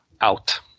out